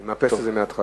אני מאפס את זה, מההתחלה.